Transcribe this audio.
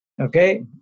okay